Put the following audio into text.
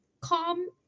calm